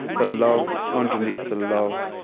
the love underneath the love,